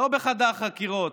לא בחדר חקירות.